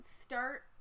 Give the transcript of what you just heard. start